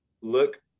look